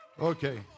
Okay